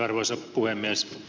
arvoisa puhemies